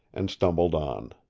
and stumbled on.